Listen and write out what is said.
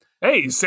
Hey